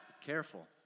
Careful